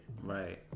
Right